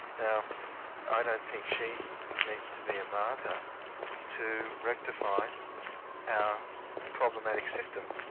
now i don't think she needs to be a martyr to rectify our problematic system.